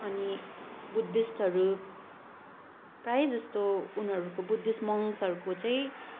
अनि बुद्धिष्टहरू प्रायःजस्तो उनीहरूको बुद्धिष्ट मङक्सहरूको चाहिँ